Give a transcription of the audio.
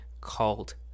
called